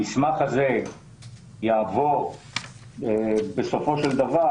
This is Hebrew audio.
המסמך הזה יעבור בסופו של דבר,